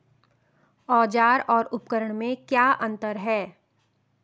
औज़ार और उपकरण में क्या अंतर है?